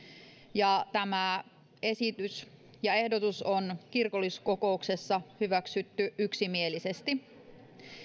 ja tämä esitys ja ehdotus on kirkolliskokouksessa hyväksytty yksimielisesti